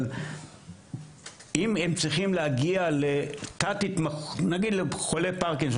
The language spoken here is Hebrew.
אבל אם הם צריכים להגיע נגיד לחולה פרקינסון